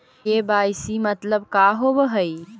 KYC मतलब का होव हइ?